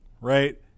right